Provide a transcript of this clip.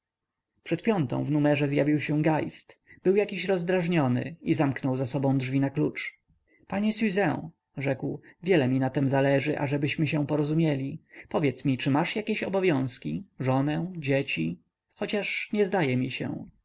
przed piątą w numerze zjawił się geist był jakiś rozdrażniony i zamknął za sobą drzwi na klucz panie siuzę rzekł wiele mi na tem zależy ażebyśmy się porozumieli powiedz mi czy masz jakie obowiązki żonę dzieci chociaż nie zdaje mi się